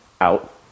out